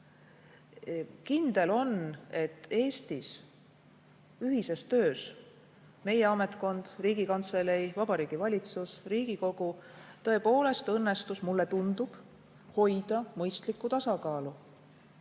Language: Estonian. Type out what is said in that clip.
teha. Kindel on, et Eestis ühises töös – meie ametkond, Riigikantselei, Vabariigi Valitsus, Riigikogu – tõepoolest õnnestus hoida mõistlikku tasakaalu.